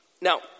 Now